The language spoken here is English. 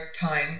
time